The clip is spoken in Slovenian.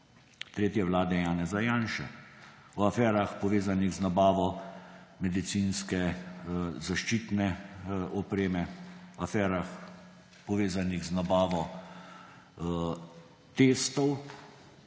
tretje vlade Janeza Janše. O aferah, povezanih z nabavo medicinske zaščitne opreme, aferah, povezanih z nabavo testov.